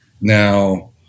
Now